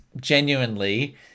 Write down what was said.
genuinely